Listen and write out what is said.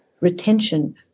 retention